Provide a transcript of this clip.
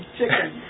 chicken